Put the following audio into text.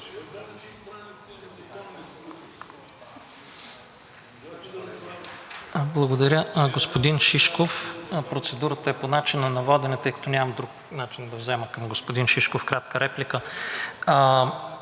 Благодаря. Господин Шишков, процедурата е по начина на водене, тъй като нямам друг начин да взема към господин Шишков кратка реплика.